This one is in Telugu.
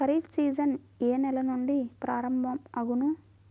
ఖరీఫ్ సీజన్ ఏ నెల నుండి ప్రారంభం అగును?